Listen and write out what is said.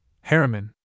Harriman